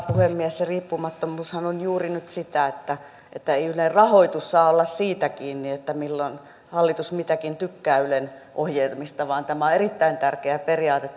se riippumattomuushan on juuri nyt sitä että ei ylen rahoitus saa olla siitä kiinni milloin hallitus mitäkin tykkää ylen ohjelmista vaan tämä riippumattomuus on erittäin tärkeä periaate